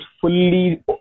fully